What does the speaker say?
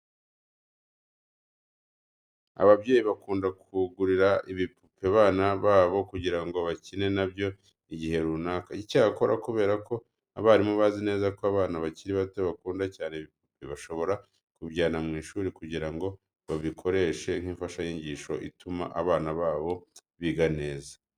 Ababyeyi bakunda kugurira ibipupe abana babo kugira ngo bakine na byo igihe runaka. Icyakora kubera ko abarimu bazi neza ko abana bakiri bato bakunda cyane ibipupe bashobora kubijyana mu ishuri kugira ngo babikoreshe nk'imfashanyigisho ituma abo bana biga neza.